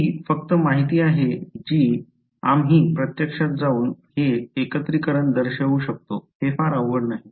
ही फक्त माहिती आहे जी आम्ही प्रत्यक्षात जाऊन हे एकत्रीकरण दर्शवू शकतो हे फार अवघड नाही